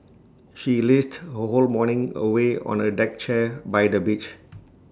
she lazed her whole morning away on A deck chair by the beach